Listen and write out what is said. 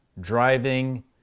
driving